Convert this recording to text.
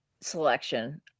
selection